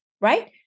right